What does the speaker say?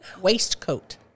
waistcoat